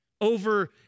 over